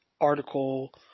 Article